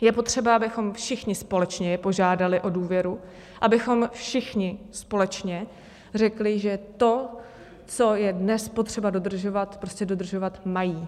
Je potřeba, abychom je všichni společně požádali o důvěru, abychom všichni společně řekli, že to, co je dnes potřeba dodržovat, prostě dodržovat mají.